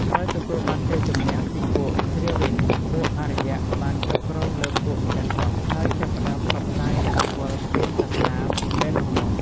ក្រោយទទួលបានជ័យជម្នះពីពួកជ្រាវីន ពួកអារ្យបានគ្រប់គ្រងលើពួកម្ចាស់ស្រុក ហើយចាប់ផ្ដើមផ្សព្វផ្សាយឥទ្ធិពលព្រាហ្មណ៍សាសនាពីពេលនោះមក។